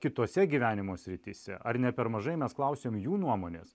kitose gyvenimo srityse ar ne per mažai mes klausiam jų nuomonės